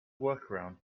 workaround